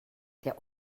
der